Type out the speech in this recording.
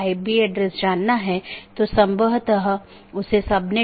BGP एक बाहरी gateway protocol है